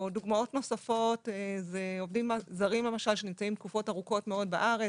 דוגמות נוספות עובדים זרים שנמצאים תקופות ארוכות בארץ,